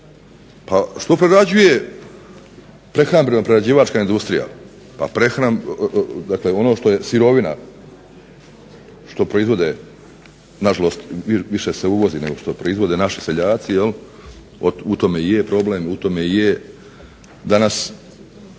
Pa što prerađuje prehrambeno-prerađivačka industrija, dakle ono što je sirovina, što proizvode, nažalost više se uvozi nego što proizvode naši seljaci, u tome i je problem, u tome i je danas